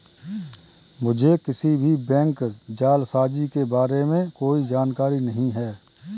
मुझें किसी भी बैंक जालसाजी के बारें में कोई जानकारी नहीं है